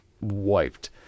wiped